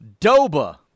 Doba